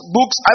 Books